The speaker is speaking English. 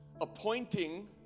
appointing